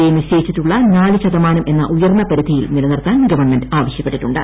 I നിശ്ചയിച്ചിട്ടുള്ള നാല് ശതമാനം എന്ന ഉയർന്ന പരിധിയിൽ നിലനിർത്താൻ ഗവൺമെന്റ് ആവശ്യപ്പെട്ടിട്ടുണ്ട്